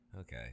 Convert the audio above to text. Okay